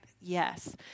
Yes